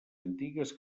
antigues